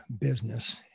business